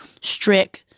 strict